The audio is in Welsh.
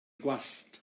gwallt